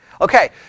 Okay